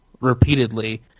repeatedly